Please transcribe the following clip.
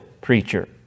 preacher